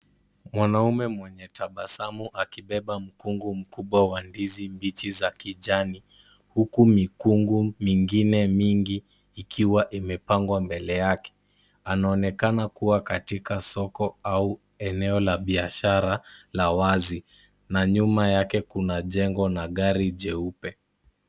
Mwanaume mwenye tabasamu akibeba mkungu mkubwa wa ndizi mbichi za kijani, huku mikungu mingine mingi ikiwa imepangwa mbele yake, anaonekana kuwa katika soko au eneo la biashara la wazi, na nyuma yake kuna jengo na gari jeupe.